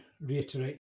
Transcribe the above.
reiterate